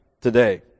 today